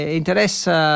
interessa